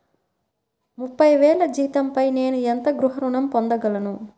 ముప్పై వేల జీతంపై నేను ఎంత గృహ ఋణం పొందగలను?